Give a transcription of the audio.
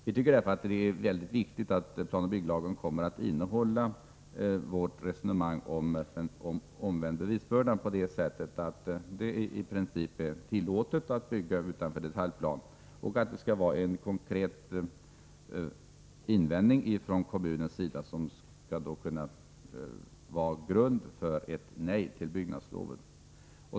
Vi tycker att det är väldigt viktigt att planoch bygglagen kommer att innehålla vårt resonemang om omvänd bevisbörda, på det sättet att det i princip är tillåtet att bygga utanför detaljplan och att det krävs en konkret invändning från kommunens sida som grund för ett nej till byggnadslov.